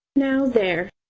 now, there,